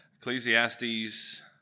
Ecclesiastes